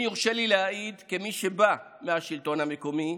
אם יורשה לי להעיד, כמי שבא מהשלטון המקומי,